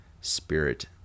spirit